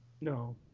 No